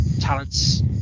talents